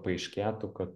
paaiškėtų kad